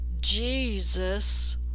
Jesus